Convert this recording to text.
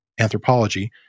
anthropology